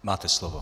Máte slovo.